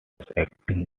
acting